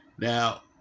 Now